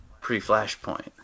pre-Flashpoint